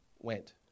went